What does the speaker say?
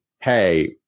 hey